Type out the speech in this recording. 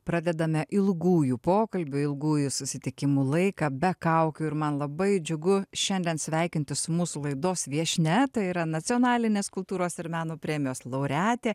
pradedame ilgųjų pokalbių ilgųjų susitikimų laiką be kaukių ir man labai džiugu šiandien sveikintis mūsų laidos viešnia tai yra nacionalinės kultūros ir meno premijos laureatė